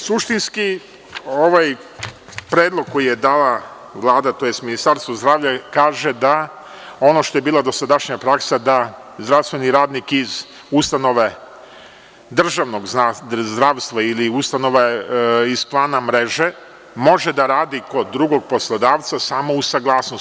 Suštinski, ovaj predlog koji je dala Vlada, tj. Ministarstvo zdravlja kaže da ono što je bila dosadašnja praksa da zdravstveni radnik iz ustanove državnog zdravstva ili ustanove iz plana mreže, može da radi kod drugog poslodavca samo uz saglasnost.